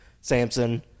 Samson